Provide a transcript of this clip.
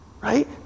right